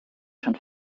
schon